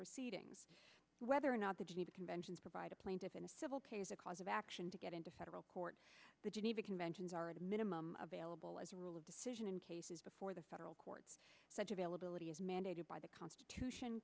proceedings whether or not the geneva conventions provide a plaintiff in a civil case a cause of action to get into federal court the geneva conventions are at a minimum available as a rule of decision in cases before the federal courts such availability is mandated by the constitution